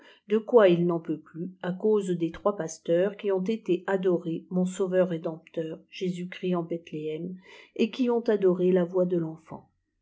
de quoi il n'en peut plus à cause des trois pasteurs qui ont été adorer mon sauveur rédempteur jésus-christ en bethléem et qui ont adoré la voix de tenfant